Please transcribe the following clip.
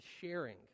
sharing